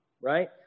right